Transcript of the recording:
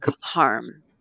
harm